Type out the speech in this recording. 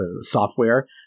software